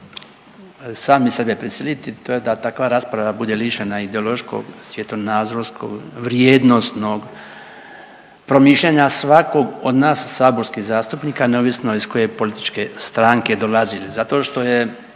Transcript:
sami sebe prisiliti, to je da takva rasprava bude lišena ideološkog, svjetonazorskog, vrijednosnog promišljanja svakog od nas saborskih zastupnika neovisno iz koje političke stranke dolazili zato što je